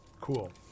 Cool